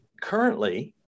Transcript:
currently